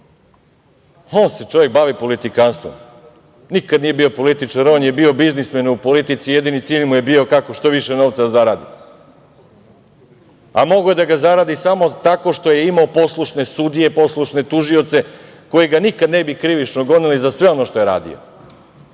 On se čovek bavi politikanstvom. Nikad nije bio političar, on je bio biznismen u politici, jedini cilj mu je bio kako što više novca da zaradi, a mogao je da ga zaradi samo tako što je imao poslušne sudije, poslušne tužioce koji ga nikada ne bi krivično gonili za sve ono što je radio.